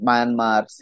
Myanmar